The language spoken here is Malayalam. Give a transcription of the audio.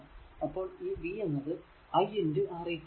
അപ്പോൾ ഈ v എന്നത് i R eq ആണ്